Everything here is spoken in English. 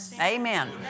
Amen